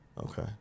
Okay